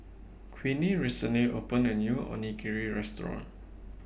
Queenie recently opened A New Onigiri Restaurant